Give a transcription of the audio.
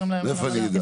מאיפה אני אדע?